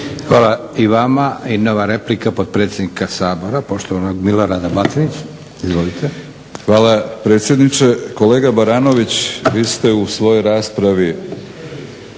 Hvala i vama. I nova replika potpredsjednika Sabora poštovanog Milorada Batinića. Izvolite. **Batinić, Milorad (HNS)** Hvala predsjedniče. Kolega Baranović vi ste u svojoj raspravi